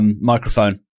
microphone